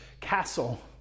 castle